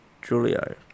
Julio